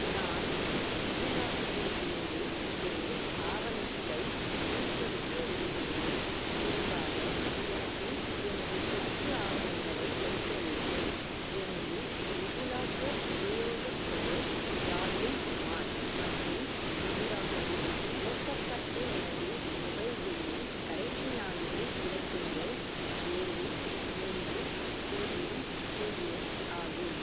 நான் டிஜிலாக்கரில் இருந்து ஒரு ஆவணத்தை மீட்டெடுக்க விரும்புகிறேன் குறிப்பாக எனக்கு எனது சொத்து ஆவணங்களை எடுக்க வேண்டும் எனது டிஜிலாக்கர் உபயோகப் பெயர் ராகுல் குமார் மற்றும் டிஜிலாக்கரில் இணைக்கப்பட்ட எனது மொபைல் எண்ணின் கடைசி நான்கு இலக்கங்கள் ஏழு மூன்று பூஜ்ஜியம் பூஜ்ஜியம் ஆகும்